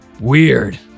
weird